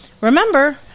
Remember